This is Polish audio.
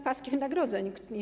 Paski wynagrodzeń - też.